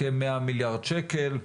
כ-100 מיליארד שקל.